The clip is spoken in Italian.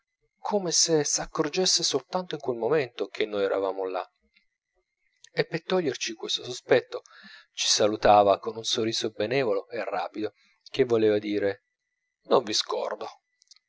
come se s'accorgesse soltanto in quel momento che noi eravamo là e per toglierci questo sospetto ci salutava con un sorriso benevolo e rapido che voleva dire non vi scordo